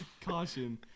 Caution